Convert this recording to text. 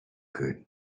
could